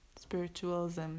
spiritualism